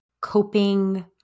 coping